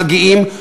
מגיעים,